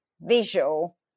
visual